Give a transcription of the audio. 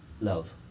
love